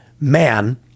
man